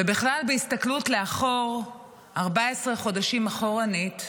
ובכלל, בהסתכלות לאחור, 14 חודשים אחורנית,